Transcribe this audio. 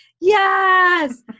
yes